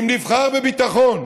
אם נבחר בביטחון,